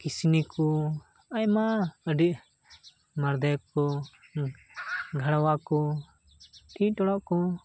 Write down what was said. ᱠᱤᱥᱱᱤ ᱠᱚ ᱟᱭᱢᱟ ᱟᱹᱰᱤ ᱢᱟᱲᱫᱮ ᱠᱚ ᱜᱷᱟᱲᱣᱟ ᱠᱚ ᱴᱤᱜ ᱴᱚᱲᱚᱜ ᱠᱚ